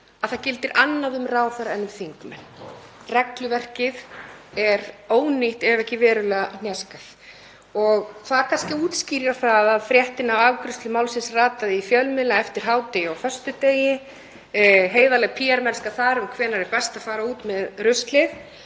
að það gildir annað um ráðherra en þingmenn. Regluverkið er ónýtt, ef ekki verulega hnjaskað, og það útskýrir það kannski að fréttin af afgreiðslu málsins rataði í fjölmiðla eftir hádegi á föstudegi, heiðarleg PR-mennska um það hvenær best er að fara út með ruslið.